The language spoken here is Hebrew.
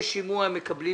לשימוע הם מקבלים